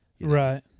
Right